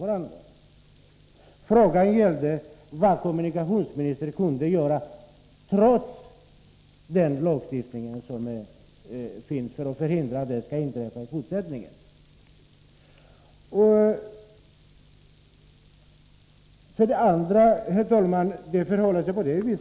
Frågan gällde vad kommunikationsministern kunde göra för att förhindra att liknande händelser, trots den lagstiftning som finns, inträffar i framtiden.